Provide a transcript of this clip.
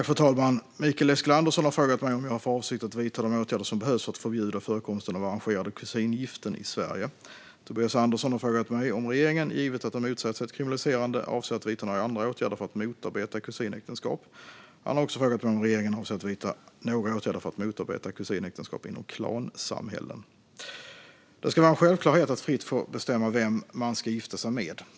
Fru talman! Mikael Eskilandersson har frågat mig om jag har för avsikt att vidta de åtgärder som behövs för att förbjuda förekomsten av arrangerade kusingiften i Sverige. Tobias Andersson har frågat mig om regeringen, givet att den motsätter sig ett kriminaliserande, avser att vidta några andra åtgärder för att motarbeta kusinäktenskap. Han har också frågat mig om regeringen avser att vidta några åtgärder för att motarbeta kusinäktenskap inom klansamhällen. Det ska vara en självklarhet att fritt få bestämma vem man ska gifta sig med.